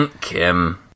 Kim